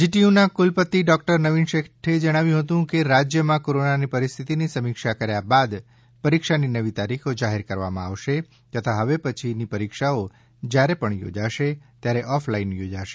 જીટીયુના કુલપતિ ડોક્ટર નવીન શેઠે જણાવ્યું હતું કે રાજ્યમાં કોરોનાની પરિસ્થિતિની સમીક્ષા કર્યા બાદ પરીક્ષાની નવી તારીખો જાહેર કરવામાં આવશે તથા હવે પછી પરીક્ષાઓ જ્યારે પણ યોજાશે ત્યારે ઓફ લાઈન યોજાશે